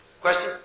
Question